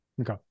Okay